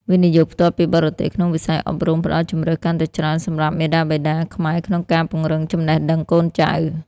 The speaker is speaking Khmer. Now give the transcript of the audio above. វិនិយោគផ្ទាល់ពីបរទេស ក្នុងវិស័យអប់រំ ផ្ដល់ជម្រើសកាន់តែច្រើនសម្រាប់មាតាបិតាខ្មែរក្នុងការពង្រឹងចំណេះដឹងកូនចៅ។